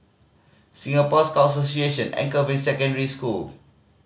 Singapore Scout Association Anchorvale Secondary School